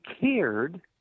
cared